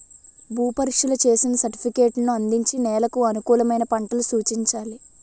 భూ పరీక్షలు చేసిన సర్టిఫికేట్లను అందించి నెలకు అనుకూలమైన పంటలు సూచించాలి